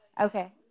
Okay